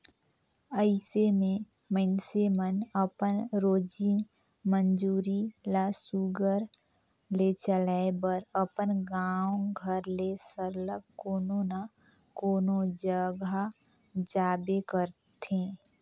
अइसे में मइनसे मन अपन रोजी मंजूरी ल सुग्घर ले चलाए बर अपन गाँव घर ले सरलग कोनो न कोनो जगहा जाबे करथे